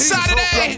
Saturday